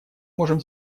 можем